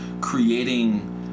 creating